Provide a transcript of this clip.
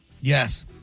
Yes